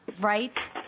Right